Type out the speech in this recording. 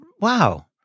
wow